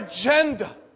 agenda